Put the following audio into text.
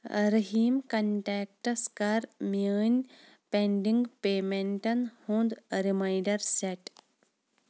رٔحیٖم contacts کَر میٛٲنۍ pending پیمٮ۪نٛٹَن ہُنٛد رِمایِنٛڈَر سٮ۪ٹ